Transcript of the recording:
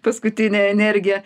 paskutinę energiją